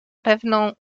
pewną